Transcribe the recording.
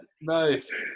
nice